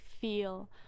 feel